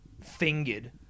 fingered